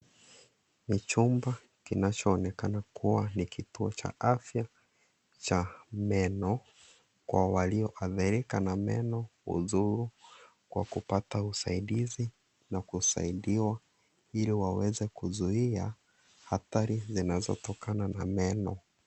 Ni chumba Kinachoonekana kuwa ni kituo cha afya cha meno kwa walioadhirika na meno huzuru kwa kupata usaidizi na kusaidiwa ili waweze kuzuia hatari zinazotokana na meno.